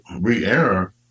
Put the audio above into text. re-air